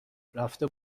رفته